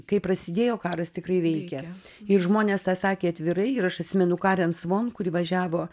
kai prasidėjo karas tikrai veikia ir žmonės tą sakė atvirai ir aš atsimenu karen svon kuri važiavo